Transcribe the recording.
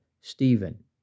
Stephen